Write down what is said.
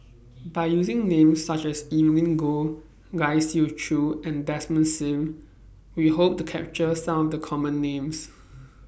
By using Names such as Evelyn Goh Lai Siu Chiu and Desmond SIM We Hope to capture Some of The Common Names